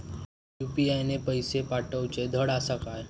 UPI ने पैशे पाठवूचे धड आसा काय?